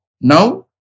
Now